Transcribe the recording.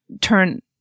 turn